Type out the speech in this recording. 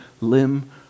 limb